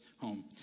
home